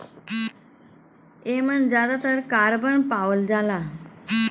एमन जादातर कारबन पावल जाला